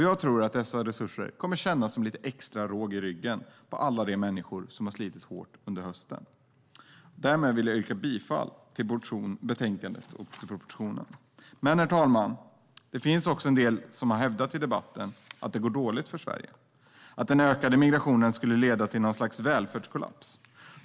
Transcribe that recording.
Jag tror att de resurserna kommer att kännas som lite extra råg i ryggen för alla som har slitit hårt under hösten. Därmed vill jag yrka bifall till förslaget i betänkandet och propositionen. Herr talman! I debatten har en del hävdat att det går dåligt för Sverige, att den ökade migrationen skulle leda till en sorts välfärdskollaps.